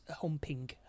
humping